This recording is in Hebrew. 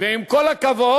ועם כל הכבוד,